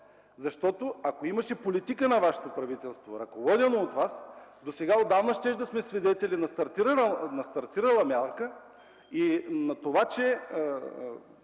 Защото, ако имаше политика на министерството, ръководено от Вас, досега отдавна щяхме да сме свидетели на стартирала мярка и на това, че